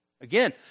Again